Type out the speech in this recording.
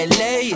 la